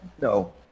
no